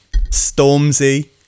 Stormzy